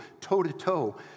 toe-to-toe